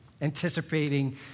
anticipating